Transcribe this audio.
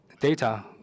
data